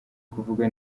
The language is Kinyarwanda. kuvuga